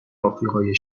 آفریقای